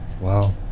Wow